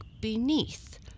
beneath